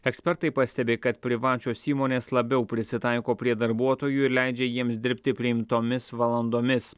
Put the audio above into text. ekspertai pastebi kad privačios įmonės labiau prisitaiko prie darbuotojų ir leidžia jiems dirbti priimtomis valandomis